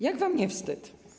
Jak wam nie wstyd?